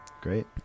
great